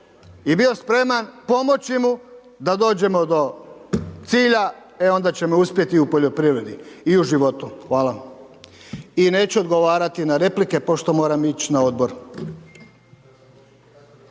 i bio spreman pomoći mu da dođemo do cilja onda ćemo uspjeti u poljoprivredi i u životu. Hvala. I neću odgovarati na replike, pošto moram ići na odbor.